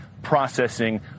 processing